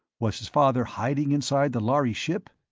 was his father hiding inside the lhari ship?